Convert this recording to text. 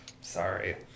sorry